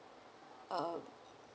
um